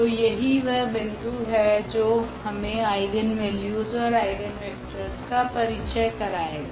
तो यही वह बिन्दु है जो हमे आइगनवेल्यूस ओर आइगनवेक्टरस का परिचय कराएगा